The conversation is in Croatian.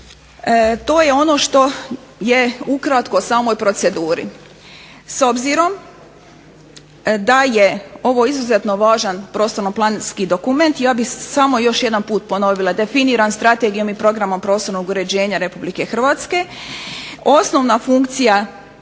To je ono što je ukratko u samoj proceduri. S obzirom da je ovo izuzetno važan prostorno-planski dokument, ja bih još samo jednom ponovila, definiran Strategijom i programom prostornog uređenja RH. Osnovna funkcija